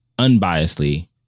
unbiasedly